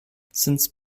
since